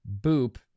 Boop